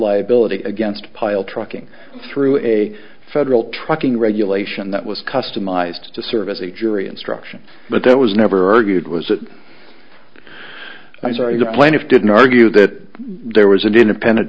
liability against pile trucking through a federal trucking regulation that was customized to serve as a jury instruction but there was never argued was that i'm sorry the plaintiff didn't argue that there was an independent